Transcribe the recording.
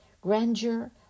grandeur